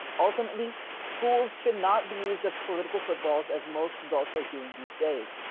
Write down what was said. ultimately schools should not be used as political footballs, as most adults are doing these days.